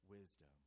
wisdom